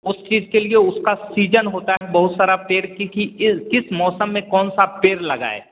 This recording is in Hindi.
उस चीज के लिए उसका सीजन होता है बहुत सारा पेड़ की की इ किस मौसम में कौन सा पेड़ लगाए